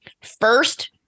first